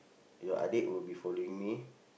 your adik will be following me